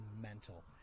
mental